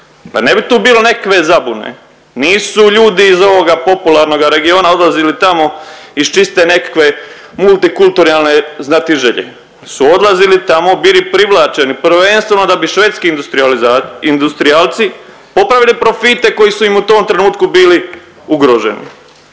Da ne bi tu bilo nekakve zabune nisu ljudi iz ovoga popularnoga regiona odlazili tamo iz čiste nekakve multikulturalne znatiželje. Odlazili su tamo, bili privlačeni prvenstveno švedski industrijaliza… industrijalci popravili profite koji su im u tom trenutku bili ugroženi.